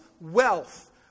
wealth